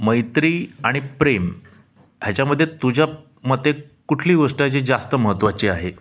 मैत्री आणि प्रेम ह्याच्यामध्ये तुझ्या मते कुठली गोष्ट जी जास्त महत्वाची आहे